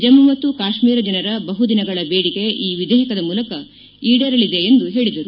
ಜಮ್ಮ ಮತ್ತು ಕಾಶ್ಮೀರ ಜನರ ಬಹು ದಿನಗಳ ಬೇಡಿಕೆ ಈ ವಿಧೇಯಕದ ಮೂಲಕ ಈಡೇರಲಿದೆ ಎಂದು ಹೇಳಿದರು